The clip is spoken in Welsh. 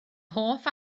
hoff